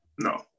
No